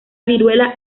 viruela